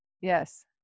Yes